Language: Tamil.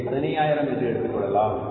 இதை 15000 என்று எடுத்துக்கொள்ளலாம்